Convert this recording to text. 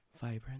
Vibrant